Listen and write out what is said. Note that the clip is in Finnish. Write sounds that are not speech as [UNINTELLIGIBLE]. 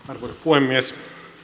[UNINTELLIGIBLE] arvoisa puhemies